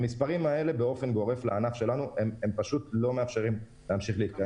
המספרים הללו לא מאפשרים להתקיים.